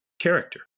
character